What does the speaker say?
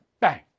Bang